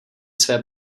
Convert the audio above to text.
své